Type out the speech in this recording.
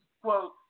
quote